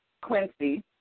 Quincy